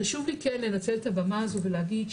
חשוב לי כן לנצל את הבמה הזאת ולהגיד,